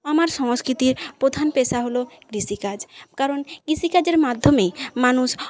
আমার সংস্কৃতির প্রধান পেশা হল কৃষিকাজ কারণ কৃষিকাজের মাধ্যমেই মানুষ